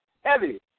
heavy